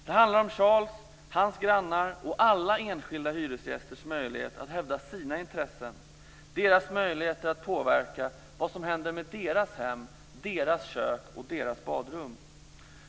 Det handlar om Charles, hans grannar och alla enskilda hyresgästers möjlighet att hävda sina intressen, deras möjligheter att påverka vad som händer med deras hem, deras kök och deras badrum.